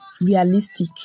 realistic